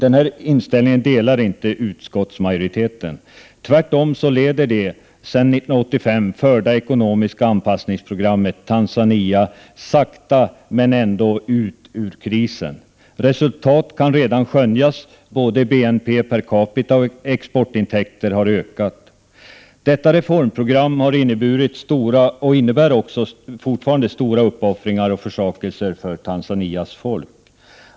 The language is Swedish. Utskottsmajoriteten delar inte den inställningen. Tvärtom leder det sedan 1985 tillämpade ekonomiska anpassningsprogrammet Tanzania sakta men säkert ut ur krisen. Resultat kan redan skönjas; både BNP per capita och exportintäkterna har ökat. Detta reformprogram har inneburit och innebär fortfarande stora uppoffringar och försakelser för Tanzanias folk.